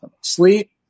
Sleep